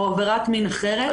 או עבירת מין אחרת.